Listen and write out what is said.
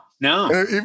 no